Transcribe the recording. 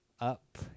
up